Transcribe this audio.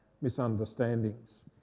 misunderstandings